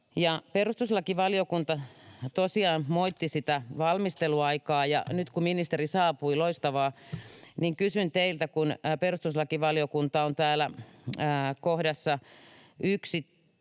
Perustuslakivaliokunta tosiaan moitti sitä valmisteluaikaa — ja nyt kun ministeri saapui, loistavaa, niin kysyn teiltä: Kun perustuslakivaliokunta on täällä kohdassa 10